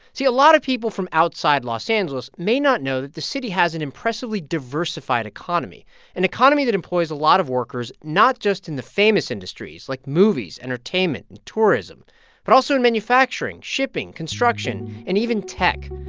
see a lot of people from outside los angeles may not know that the city has an impressively diversified economy an economy that employs a lot of workers not just in the famous industries like movies, entertainment and tourism but also in manufacturing, shipping, construction and even tech.